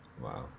Wow